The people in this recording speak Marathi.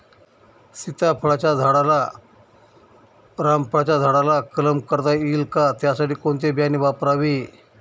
सीताफळाच्या झाडाला रामफळाच्या झाडाचा कलम करता येईल का, त्यासाठी कोणते बियाणे वापरावे?